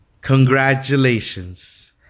Congratulations